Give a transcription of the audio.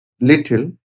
little